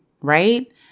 right